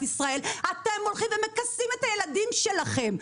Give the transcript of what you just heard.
ישראל אתם הולכים ומכסים את הילדים שלכם,